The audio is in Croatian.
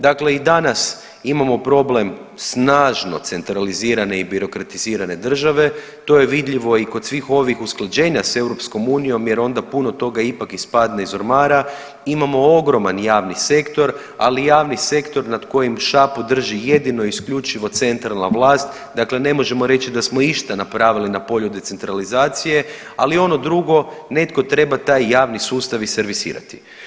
Dakle i danas imamo problem snažno centralizirane i birokratizirane države to je vidljivo i kod svih ovih usklađenja s EU jer onda puno tog ipak ispadne iz ormara, imamo ogroman javni sektor, ali javni sektor nad kojim šapu drži jedino i isključivo centralna vlast, dakle ne možemo reći da smo išta napravili na polju decentralizacije, ali ono drugo, netko treba taj javni sustav i servisirati.